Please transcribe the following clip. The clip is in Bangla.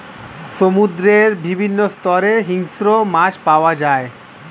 সমুদ্রের বিভিন্ন স্তরে হিংস্র মাছ পাওয়া যায়